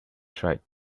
tried